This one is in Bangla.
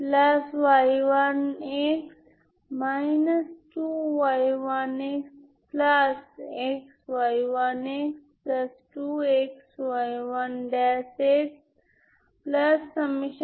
সুতরাং যদি আপনি মনে করেন যে এটি আপনার ইগেনভ্যালু n 1 এর অনুরূপ তাহলে সেই ইগেনভ্যালু কি 1 1 x 0